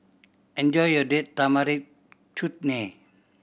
enjoy your Date Tamarind Chutney